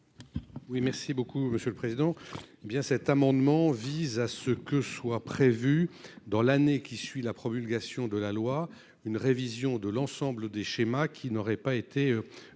Oui, merci beaucoup monsieur le président. Bien cet amendement vise à ce que soit prévue dans l'année qui suit la promulgation de la loi, une révision de l'ensemble des schémas qui n'aurait pas été.